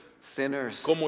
sinners